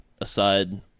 aside